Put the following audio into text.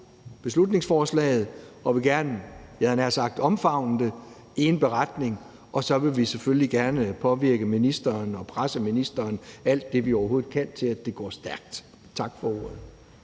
beslutningsforslaget, og at vi gerne vil, jeg havde nær sagt omfavne det, i en beretning, og så vil vi selvfølgelig gerne påvirke ministeren og presse ministeren alt det, vi overhovedet kan, til, at det går stærkt. Tak for ordet.